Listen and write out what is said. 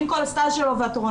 עם כל הסטאז' שלו והתורנויות.